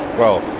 well,